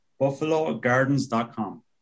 buffalogardens.com